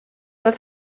dal